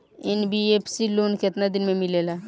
NBFC loan केतना दिन मे मिलेला?